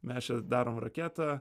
mes čia darom raketą